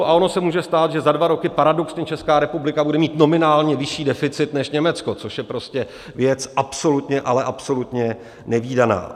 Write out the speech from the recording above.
A ono se může stát, že za dva roky paradoxně Česká republika bude mít nominálně vyšší deficit než Německo, což je prostě věc absolutně, ale absolutně nevídaná.